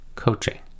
coaching